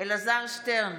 אלעזר שטרן,